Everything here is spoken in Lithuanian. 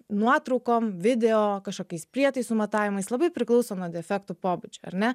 nuotraukom video kažkokiais prietaisų matavimais labai priklauso nuo defektų pobūdžio ar ne